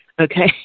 okay